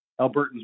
Albertans